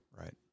right